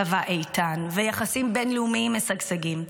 צבא איתן ויחסים בין-לאומיים משגשגים.